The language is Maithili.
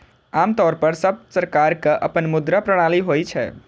आम तौर पर सब सरकारक अपन मुद्रा प्रणाली होइ छै